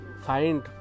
find